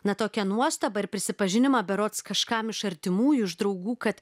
na tokią nuostabą ir prisipažinimą berods kažkam iš artimųjų iš draugų kad